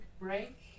break